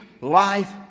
life